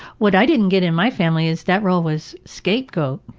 what i didn't get in my family is that role was scapegoat.